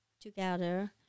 together